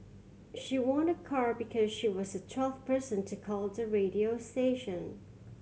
she won a car because she was the twelfth person to call the radio station